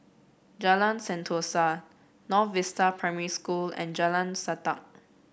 Jalan Sentosa North Vista Primary School and Jalan Sajak